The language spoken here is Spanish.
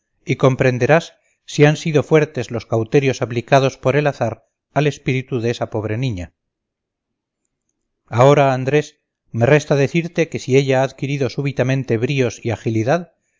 y comprenderás si han sido fuertes los cauterios aplicados por el azar al espíritu de esa pobre niña ahora andrés me resta decirte que si ella ha adquirido súbitamente bríos y agilidad